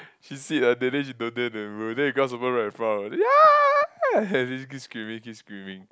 she sit at there then she don't dare to remember then the grasshopper right in front of her ya ya ya she keep screaming keep screaming